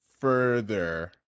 further